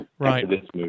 right